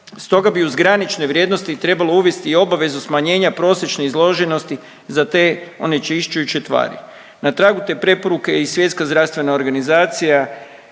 Stoga bi uz granične vrijednosti trebalo uvesti i obavezu smanjenja prosječne izloženosti za te onečišćujuće tvari. Na tragu te preporuke je i Svjetska zdravstvena organizacija